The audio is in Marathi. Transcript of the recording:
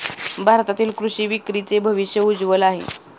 भारतातील कृषी विक्रीचे भविष्य उज्ज्वल आहे